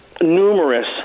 numerous